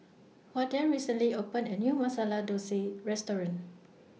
Wardell recently opened A New Masala Dosa Restaurant